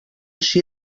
així